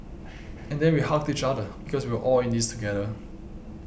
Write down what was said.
and then we hugged each other because we were all in this together